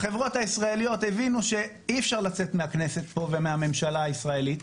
החברות הישראליות הבינו שאי-אפשר לצאת מהכנסת פה ומהממשלה הישראלית,